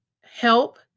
help